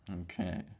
Okay